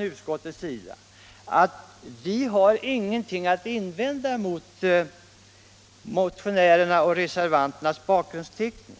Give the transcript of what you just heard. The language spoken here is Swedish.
Utskottet har ingenting att invända mot motionärernas bakgrundsteckning.